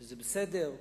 וזה בסדר,